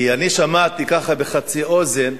כי אני שמעתי, ככה בחצי אוזן,